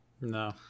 No